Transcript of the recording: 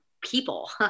people